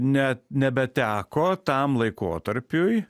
net nebeteko tam laikotarpiui